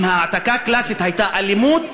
אם העתקה קלאסית הייתה אלימות,